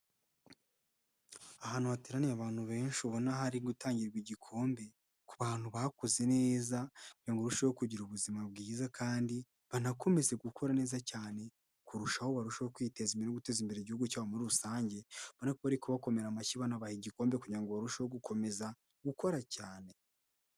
Ahantu hateraniye abantu benshi ubona hari gutangirwa igikombe ku bantu bakoze neza, kugira ngo barusheho kugira ubuzima bwiza, kandi banakomeze gukora neza cyane kurushaho, barushaho kwiteza imbere no guteza imbere igihugu cyabo muri rusange, urabona ko bari kubakomera amashyi bonabahaye igikombe kugira ngo barusheho gukomeza gukora cyane.